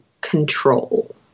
control